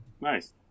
Nice